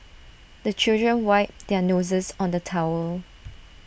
the children wipe their noses on the towel